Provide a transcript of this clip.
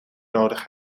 nodig